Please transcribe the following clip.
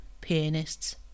pianists